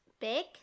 Big